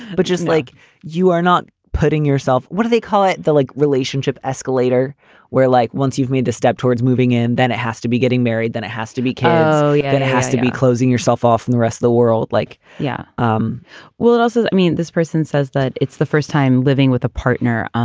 but just like you are not putting yourself. what do they call it? the like relationship escalator where like once you've made a step towards moving in, then it has to be getting married. then it has to be careful. yeah. and it has to be closing yourself off in the rest of the world like. yeah um well it also i mean this person says that it's the first time living with a partner.